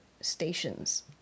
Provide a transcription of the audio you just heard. stations